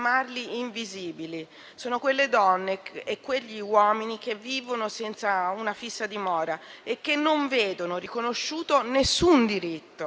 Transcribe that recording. Sono quelle donne e quegli uomini che vivono senza una fissa dimora e che non vedono riconosciuto nessun diritto,